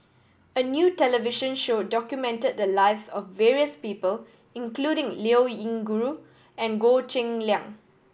a new television show documented the lives of various people including Liao Yingru and Goh Cheng Liang